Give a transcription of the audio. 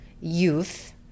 youth